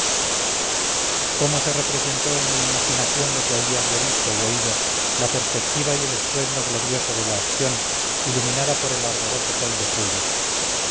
cómo se representó en mi imaginación lo que allí había visto y oído la perspectiva y el estruendo glorioso de la acción iluminada por el ardoroso sol de julio